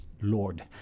Lord